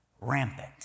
rampant